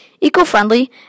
eco-friendly